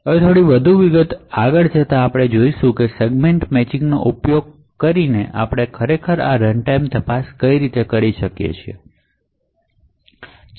હવે થોડી વધુ વિગતવાર આગળ જતા આપણે જોશું કે સેગમેન્ટ મેચિંગનો ઉપયોગ કરીને આપણે આ રનટાઈમ તપાસ કેવી રીતે કરીએ છીએ